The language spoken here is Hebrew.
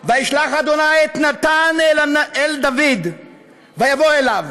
"וישלח ה' את נתן אל דוד ויבא אליו